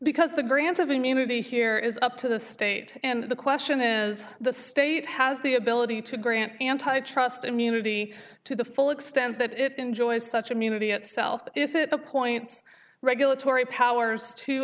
because the grant of immunity here is up to the state and the question is the state has the ability to grant antitrust immunity to the full extent that it enjoys such immunity itself if it appoints regulatory powers to